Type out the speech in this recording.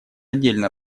отдельно